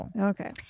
Okay